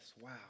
Wow